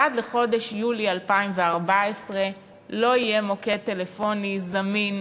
ועד לחודש יולי 2014 לא יהיה מוקד טלפוני זמין,